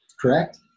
Correct